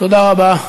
תודה רבה.